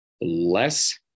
less